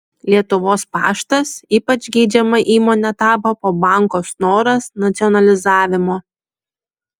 lietuvos paštas ypač geidžiama įmone tapo po banko snoras nacionalizavimo